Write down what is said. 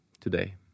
today